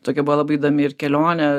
tokia buvo labai įdomi ir kelionė